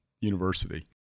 University